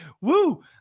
woo